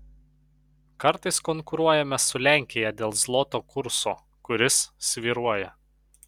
kartais konkuruojame su lenkija dėl zloto kurso kuris svyruoja